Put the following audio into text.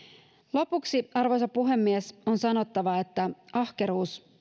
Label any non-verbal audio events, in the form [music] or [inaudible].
lopuksi arvoisa puhemies on sanottava että ahkeruus [unintelligible]